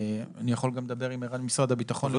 אני יכול גם לדבר עם ערן ממשרד הביטחון.